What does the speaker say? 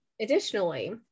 Additionally